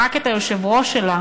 אשר רק את היושב-ראש שלה,